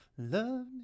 love